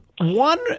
one